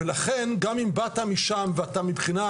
ולכן גם אם באת משם ואתה מבחינת